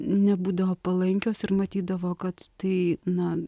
nebūdavo palankios ir matydavo kad tai na